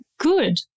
Good